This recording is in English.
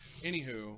Anywho